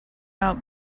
out